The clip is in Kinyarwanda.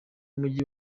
umujyi